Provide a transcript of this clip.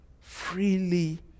freely